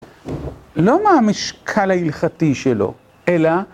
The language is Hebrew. לא מהמשקל ההלכתי שלו, אלא...